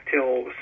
till